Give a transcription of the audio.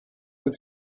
with